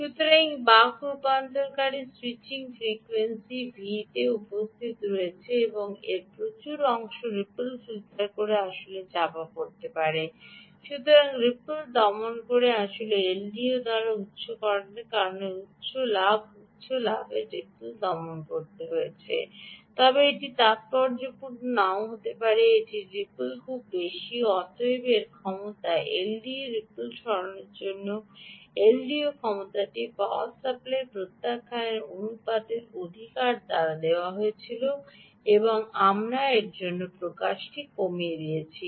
সুতরাং সেই বক রূপান্তরকারী স্যুইচিং ফ্রিকোয়েন্সিটি V¿ তেও উপস্থিত হচ্ছে এবং এর প্রচুর অংশটি রিপলটি ফিল্টার করে আসলে চাপা পড়ছে সুতরাং রিপল দমন রিপল দমন আসলে এলডিও দ্বারা করা হচ্ছে কারণ উচ্চ লাভ ডান উচ্চ লাভ আসলে রিপল দমন অনেকটা করছে তবে এটি তাত্পর্যপূর্ণ নাও হতে পারে এটি একটি রিপল খুব বেশি এবং অতএব এর ক্ষমতা এলডিও রিপল সরানোর জন্য এলডিওর ক্ষমতাটি পাওয়ার সাপ্লাই প্রত্যাখ্যান অনুপাতের অধিকার দ্বারা দেওয়া হয়েছিল এবং আমরা এর জন্য প্রকাশটি কমিয়ে দিয়েছি